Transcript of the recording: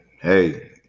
hey